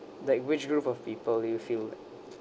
that which group of people you feel